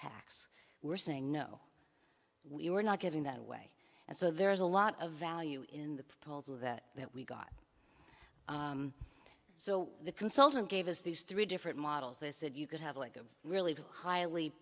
test we're saying no we were not giving that away and so there's a lot of value in the polls that we got so the consultant gave us these three different models they said you could have like a really highly